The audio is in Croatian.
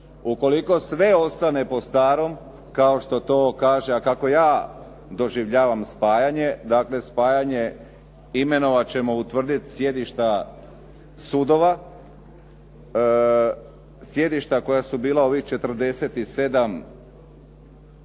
Ukoliko sve ostane po starom kao što to kaže, a kako ja doživljavam spajanje, dakle spajanje imenovat ćemo utvrditi sjedišta sudova. Sjedišta koja su bila ovih 47. Ja